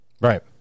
Right